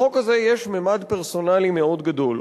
בחוק הזה יש ממד פרסונלי מאוד גדול.